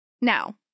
Now